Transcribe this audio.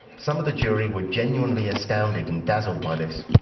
some of the jury were genuinely astounded and dazzled by this.